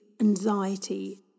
anxiety